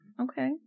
okay